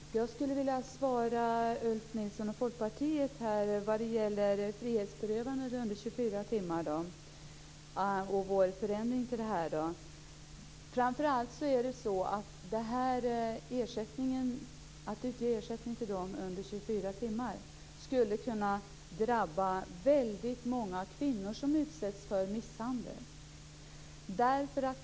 Fru talman! Jag skulle vilja ge ett svar till Ulf Nilsson och Folkpartiet när det gäller frihetsberövande under 24 timmar och vår förändring i det sammanhanget. Framför allt är det så att detta med att utge ersättning när det är under 24 timmar skulle kunna drabba väldigt många kvinnor som utsätts för misshandel.